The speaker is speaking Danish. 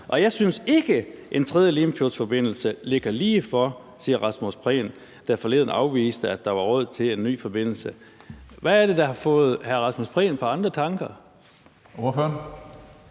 han syntes ikke, at en tredje Limfjordsforbindelse lå ligefor. Det sagde hr. Rasmus Prehn, der afviste, at der var råd til en ny forbindelse. Hvad er det, der har fået hr. Rasmus Prehn på andre tanker? Kl.